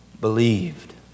believed